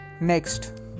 Next